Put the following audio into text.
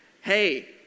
hey